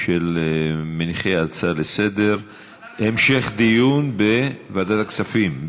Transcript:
מניחי ההצעה לסדר-היום, ועדת הכספים.